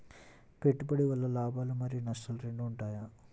పెట్టుబడి వల్ల లాభాలు మరియు నష్టాలు రెండు ఉంటాయా?